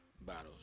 bottles